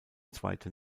zweite